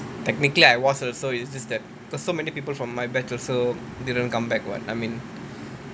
technically I was also it's just that because so many people from my batch also didn't come back what I mean